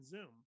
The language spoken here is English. Zoom